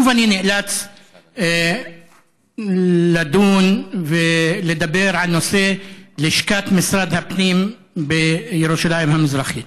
שוב אני נאלץ לדון ולדבר על נושא לשכת משרד הפנים בירושלים המזרחית.